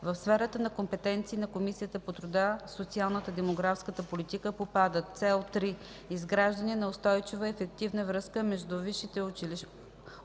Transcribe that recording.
В сферата на компетенции на Комисията по труда, социалната и демографската политика попадат: Цел 3. Изграждане на устойчива и ефективна връзка между висшите училища